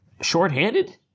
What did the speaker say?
shorthanded